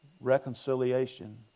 Reconciliation